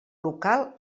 local